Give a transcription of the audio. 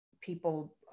people